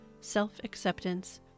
self-acceptance